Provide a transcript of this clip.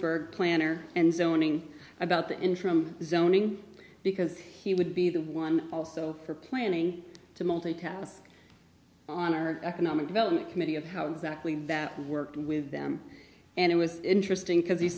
bird planner and zoning about the interim zoning because he would be the one also for planning to multitask on our economic development committee of how exactly that worked with them and it was interesting because he